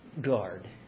guard